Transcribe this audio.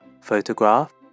photograph